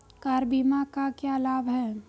Car बीमा का क्या लाभ है?